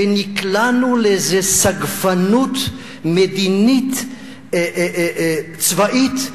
נקלענו לאיזו סגפנות מדינית צבאית,